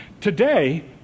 Today